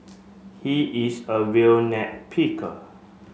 he is a real picker